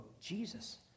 Jesus